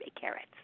carrots